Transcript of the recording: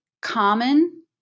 common